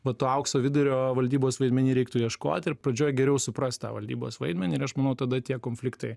va to aukso vidurio valdybos vaidmeny ir reiktų ieškot ir pradžioj geriau suprast tą valdybos vaidmenį ir aš manau tada tie konfliktai